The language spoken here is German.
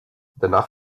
danach